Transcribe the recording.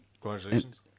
Congratulations